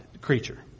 creature